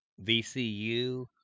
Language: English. VCU